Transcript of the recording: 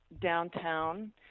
downtown